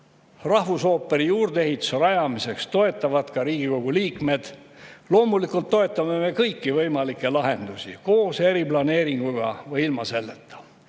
rahvusooperi juurdeehituse rajamiseks toetavad ka Riigikogu liikmed. Loomulikult toetame me kõiki võimalikke lahendusi – koos eriplaneeringuga või ilma selleta.